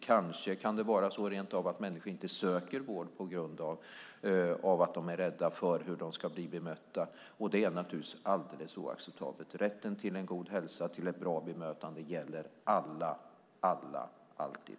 Kanske kan det rent av hända att människor inte söker vård för att de är rädda för hur de ska bli bemötta. Det är naturligtvis totalt oacceptabelt. Rätten till god hälsa och ett bra bemötande gäller alla och alltid.